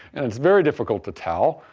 and it's very difficult to tell,